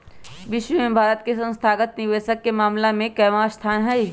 विश्व में भारत के संस्थागत निवेशक के मामला में केवाँ स्थान हई?